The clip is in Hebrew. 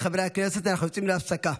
חבריי חברי הכנסת, אנחנו יוצאים להפסקה.